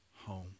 home